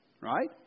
right